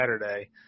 Saturday